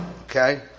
Okay